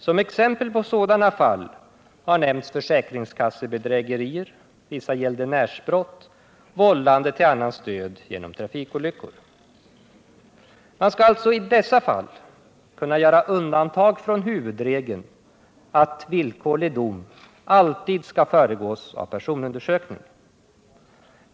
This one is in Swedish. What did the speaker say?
Som exempel på sådana fall har nämnts försäkringskassebedrägerier, vissa gäldenärsbrott, vållande till annans död genom trafikolycka. Man skall alltså i dessa fall kunna göra undantag från huvudregeln att villkorlig dom alltid skall föregås av personundersökning.